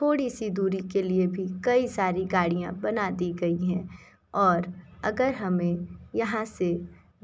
थोड़ी सी दूरी के लिए भी कई सारी गाड़ियां बना दी गई हैं और अगर हमें यहाँ से